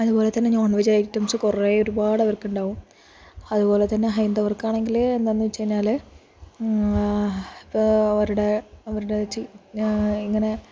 അതുപോലെത്തന്നെ non veg items കുറെ ഒരുപാട് അവർക്കുണ്ടാകും അതുപോലെത്തന്നെ ഹൈന്ദവർക്കാണെങ്കിൽ എന്താണെന്നു വെച്ചു കഴിഞ്ഞാൽ ഇപ്പോൾ അവരുടെ അവരുടെ ചി ഞാ ഇങ്ങനെ